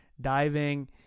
diving